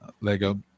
Lego